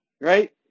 Right